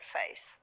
face